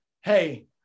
hey